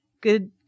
Good